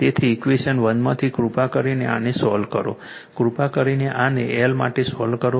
તેથી ઇક્વેશન 1 માંથી કૃપા કરીને આને સોલ્વ કરો કૃપા કરીને આને L માટે સોલ્વ કરો